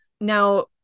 now